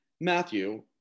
Matthew